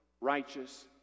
righteous